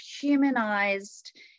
humanized